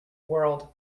world